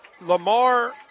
Lamar